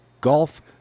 golf